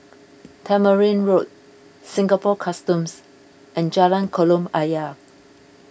Tamarind Road Singapore Customs and Jalan Kolam Ayer